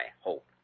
hope